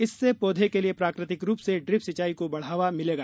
इससे पौधे के लिए प्राकृतिक रूप से ड्रिप सिंचाई को बढावा मिलेगा